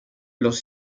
los